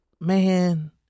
man